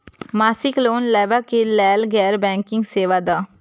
मासिक लोन लैवा कै लैल गैर बैंकिंग सेवा द?